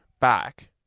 back